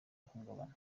ihungabana